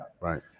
Right